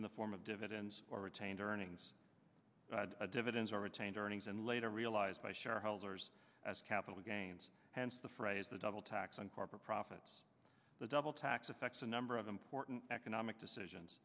in the form of dividends or retained earnings dividends or retained earnings and later realized by shareholders as capital gains hence the phrase the double tax on corporate profits the double tax affects a number of important economic decisions